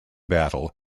battle